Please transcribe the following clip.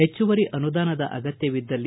ಹೆಚ್ಚುವರಿ ಅನುದಾನದ ಅಗತ್ಯವಿದ್ದಲ್ಲಿ